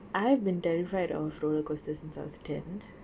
I've been terrified of rollercoasters since I was ten